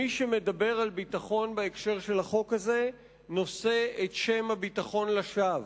מי שמדבר על ביטחון בהקשר של החוק הזה נושא את שם הביטחון לשווא.